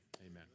Amen